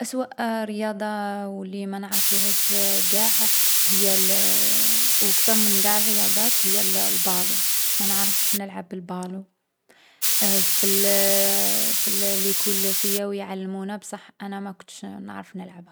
أسوء رياضة و لي ما نعرفليهاش قاع هي الـ و كتر من قاع الرياضات هي الـ البالو. ما نعرفش نلعب البالو. في الـ الـ ليكول سياو يعلمونا بصح أنا ما كنتش نعرف نلعبها.